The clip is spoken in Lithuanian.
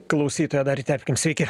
klausytoją dar įterpkim sveiki